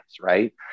right